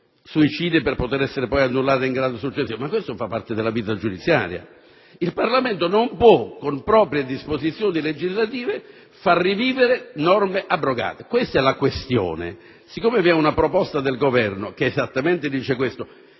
suicidi nelle sentenze per farle annullare nel grado successivo, ma questo fa parte della vita giudiziaria. Il Parlamento non può, con proprie disposizioni legislative, far rivivere norme abrogate: questa è la questione. C'è una proposta del Governo che esattamente afferma